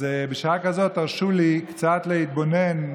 אז בשעה כזאת תרשו לי קצת להתבונן,